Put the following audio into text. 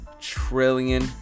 trillion